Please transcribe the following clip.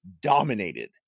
dominated